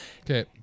Okay